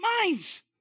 minds